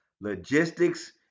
logistics